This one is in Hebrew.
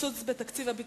הצעות לסדר-היום